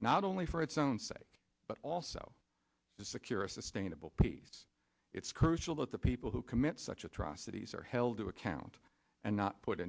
not only for its own sake but also to secure a sustainable peace it's crucial that the people who commit such atrocities are held to account and not put